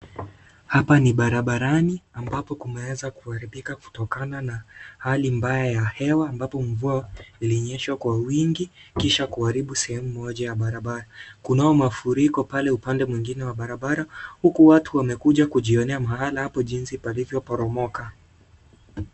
Hapa ni barabarani ambapo kumeweza kuharibika kutokana na hali mbaya ya hewa ambapo mvua ilinyesha kwa wingi kisha kuharibu sehemu moja ya barabara. Kunao mafuriko pale upande mwingine wa barabara huku watu wamekuja kjionea mahala hapo jinsi palivyoporomoka.